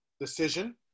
decision